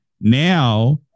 now